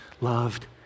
loved